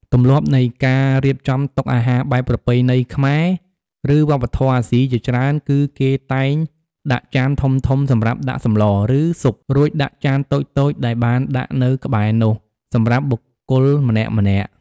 ទម្លាប់នៃការរៀបចំតុអាហារបែបប្រពៃណីខ្មែរ ឬវប្បធម៌អាស៊ីជាច្រើន គឺគេតែង ដាក់ចានធំៗសម្រាប់ដាក់សម្ល ឬស៊ុប រួចដាក់ចានតូចៗដែលបានដាក់នៅក្បែរនោះ សម្រាប់បុគ្គលម្នាក់ៗ។